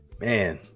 Man